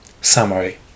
Summary